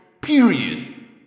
Period